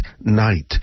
night